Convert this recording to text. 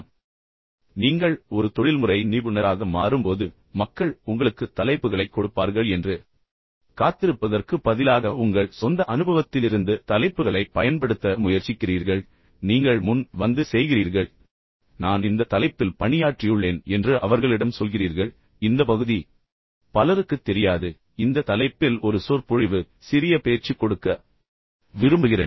ஆனால் நீங்கள் ஒரு தொழில்முறை நிபுணராக மாறும்போது மக்கள் உங்களுக்கு தலைப்புகளைக் கொடுப்பார்கள் என்று காத்திருப்பதற்குப் பதிலாக உங்கள் சொந்த அனுபவத்திலிருந்து தலைப்புகளைப் பயன்படுத்த முயற்சிக்கிறீர்கள் நீங்கள் முன் வந்து செய்கிறீர்கள் நான் இந்த தலைப்பில் பணியாற்றியுள்ளேன் என்று அவர்களிடம் சொல்கிறீர்கள் இந்த பகுதி பலருக்குத் தெரியாது இந்த தலைப்பில் ஒரு சொற்பொழிவு சிறிய பேச்சு கொடுக்க விரும்புகிறேன்